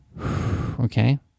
okay